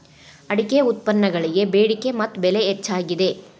ಅಡಿಕೆ ಉತ್ಪನ್ನಗಳಿಗೆ ಬೆಡಿಕೆ ಮತ್ತ ಬೆಲೆ ಹೆಚ್ಚಾಗಿದೆ